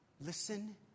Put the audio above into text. Listen